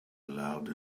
loud